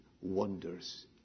wonders